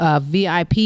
VIP